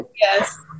yes